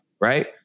right